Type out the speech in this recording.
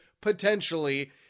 potentially